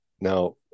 Now